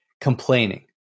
Complaining